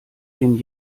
den